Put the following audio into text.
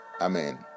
Amen